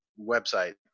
website